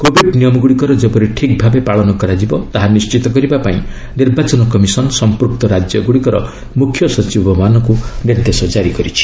Covid ନିୟମଗୁଡ଼ିକର ଯେପରି ଠିକ୍ ଭାବେ ପାଳନ କରାଯିବ ତାହା ନିଶ୍ଚିତ କରିବା ପାଇଁ ନିର୍ବାଚନ କମିଶନ୍ ସମ୍ପୃକ୍ତ ରାଜ୍ୟଗୁଡ଼ିକର ମୁଖ୍ୟ ସଚିବମାନଙ୍କୁ ନିର୍ଦ୍ଦେଶ ଜାରି କରିଛି